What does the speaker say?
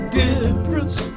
difference